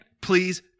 please